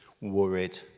worried